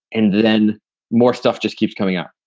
and then more stuff just keeps coming out.